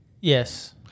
Yes